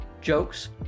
jokes